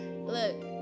look